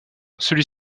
celui